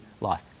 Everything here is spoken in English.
life